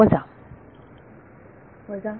विद्यार्थी वजा